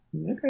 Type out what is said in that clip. Okay